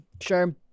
sure